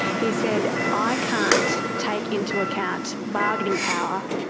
he said, i can't take into account bargaining power,